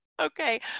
Okay